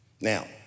Now